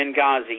Benghazi